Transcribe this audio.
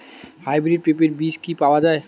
Hybrid পেঁপের বীজ কি পাওয়া যায়?